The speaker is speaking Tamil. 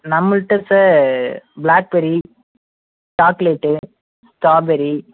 நம்மள்கிட்ட சார் ப்ளாக்பெர்ரி சாக்லேட்டு ஸ்ட்ராபெர்ரி